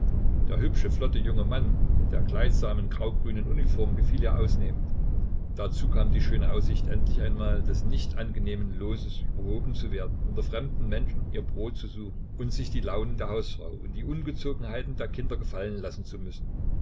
der hübsche flotte junge mann in der kleidsamen graugrünen uniform gefiel ihr ausnehmend dazu kam die schöne aussicht endlich einmal des nicht angenehmen loses überhoben zu werden unter fremden menschen ihr brot zu suchen und sich die launen der hausfrau und die ungezogenheiten der kinder gefallen lassen zu müssen